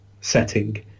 setting